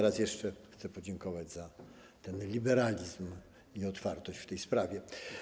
Raz jeszcze chcę podziękować za liberalizm i otwartość w tej sprawie.